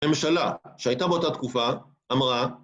הממשלה שהייתה באותה תקופה, אמרה ...